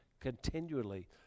continually